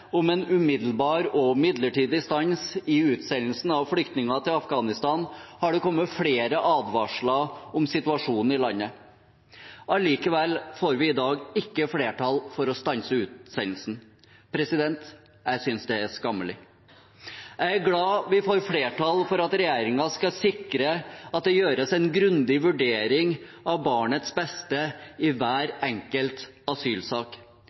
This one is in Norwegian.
om en umiddelbar og midlertidig stans i utsendelsen av flyktninger til Afghanistan, har det kommet flere advarsler om situasjonen i landet. Allikevel får vi i dag ikke flertall for å stanse utsendelsen. Jeg synes det er skammelig. Jeg er glad vi får flertall for at regjeringen skal sikre at det gjøres en grundig vurdering av barnets beste i hver enkelt asylsak.